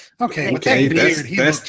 Okay